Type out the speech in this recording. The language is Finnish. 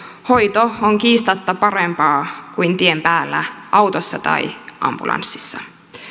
hoito on kiistatta parempaa kuin tien päällä autossa tai ambulanssissa